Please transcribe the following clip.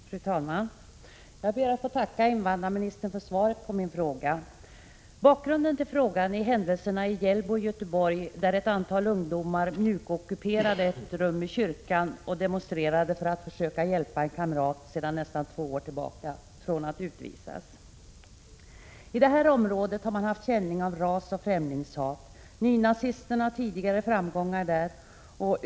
Fru talman! Jag ber att få tacka invandrarministern för svaret på min fråga. Bakgrunden till frågan är händelserna i Hjällbo i Göteborg, där ett antal ungdomar ”mjukockuperade” ett rum i kyrkan och demonstrerade för att försöka hjälpa en kamrat som vistats i landet i nästan två år från att utvisas. I det här området har man haft känningar av rasoch främlingshat. Nynazisterna har tidigare haft framgångar där.